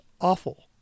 awful